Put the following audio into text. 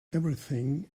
everything